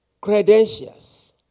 credentials